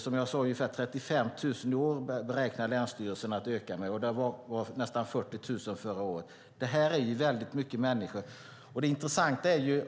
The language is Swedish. Som jag sade beräknar länsstyrelsen att befolkningen ökar med ungefär 35 000 i år, och det var nästan 40 000 förra året. Det är väldigt många människor. Det intressanta är